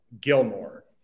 Gilmore